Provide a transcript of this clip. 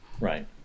right